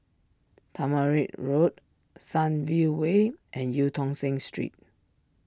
Tamarind Road Sunview Way and Eu Tong Sen Street